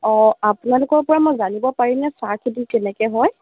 অ' আপোনালোকৰ পৰা আমি জানিব পাৰিম নে চাহ কেনেকৈ হয়